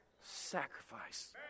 Sacrifice